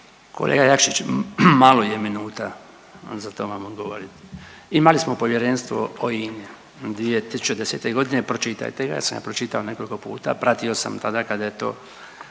Kolega Jakšić malo je minuta za to vam odgovorit. Imali smo Povjerenstvo o INA-i 2010.g. pročitajte ga, ja sam ga pročitao nekoliko puta, pratio sam tada kada je to